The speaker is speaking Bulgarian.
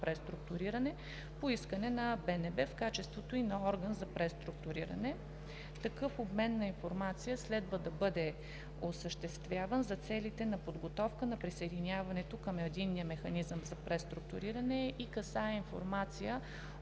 за преструктуриране по искане на Българската народна банка в качеството ѝ на орган за преструктуриране. Такъв обмен на информация следва да бъде осъществяван за целите на подготовка на присъединяването към Единния механизъм за преструктуриране и касае информация